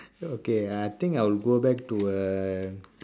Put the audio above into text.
okay I think I will go back to uh